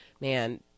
man